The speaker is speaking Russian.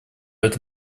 это